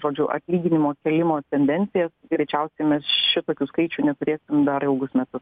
žodžiu atlyginimų kėlimo tendencija greičiausiai mes šitokių skaičių neturėsim dar ilgus metus